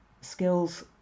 Skills